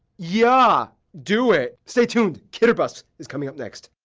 yeah do it. stay tuned, kiribati is coming up next!